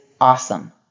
awesome